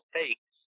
takes